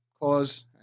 cause